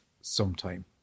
sometime